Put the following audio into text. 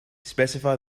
specify